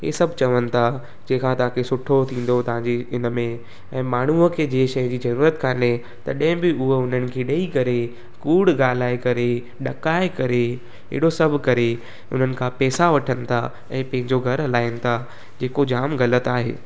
हे सभु चवनि था जेका तव्हांखे सुठो थींदो तव्हांजी इनमें ऐं माण्हूअ खे जे शइ जी ज़रूरत कोन्हे तॾहिं बि उहा उन्हनि खे ॾेई करे कूड़ु ॻाल्हाए करे ॾकाए करे अहिड़ो सभु करे उन्हनि खां पेसा वठनि था ऐं पंहिंजो घरु हलाइनि था जेको जाम ग़लति आहे